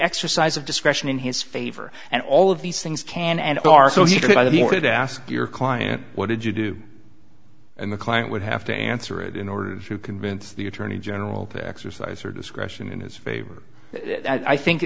exercise of discretion in his favor and all of these things can and are so you can buy the ticket ask your client what did you do and the client would have to answer it in order to convince the attorney general to exercise her discretion in his favor i think